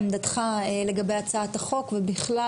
עמדך לגבי הצעת החוק ובכלל,